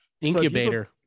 incubator